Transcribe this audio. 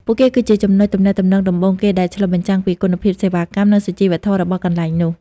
ពួកគេគឺជាចំណុចទំនាក់ទំនងដំបូងគេដែលឆ្លុះបញ្ចាំងពីគុណភាពសេវាកម្ម និងសុជីវធម៌របស់កន្លែងនោះ។